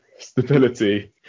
Stability